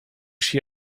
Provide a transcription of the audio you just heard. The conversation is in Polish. się